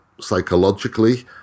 psychologically